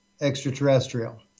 extraterrestrial